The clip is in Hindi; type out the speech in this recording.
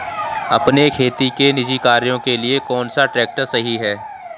अपने खेती के निजी कार्यों के लिए कौन सा ट्रैक्टर सही है?